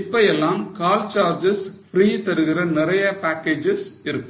இப்ப எல்லாம் call charges free தருகிற நிறைய பேக்கேஜ்ஸ் இருக்கிறது